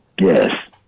yes